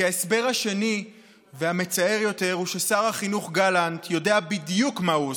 כי ההסבר השני והמצער יותר הוא ששר החינוך גלנט יודע בדיוק מה הוא עושה,